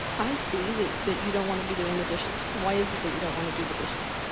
i see that that you don't wanna be doing the dishes. why is it that you don't wanna do the dishes?